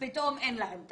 פתאום אין להם תקציבים,